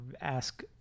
ask